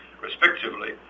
respectively